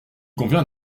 convient